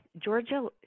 Georgia